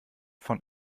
von